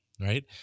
Right